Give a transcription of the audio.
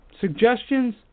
suggestions